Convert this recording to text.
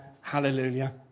Hallelujah